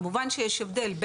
כמובן שיש הבדל,